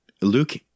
Luke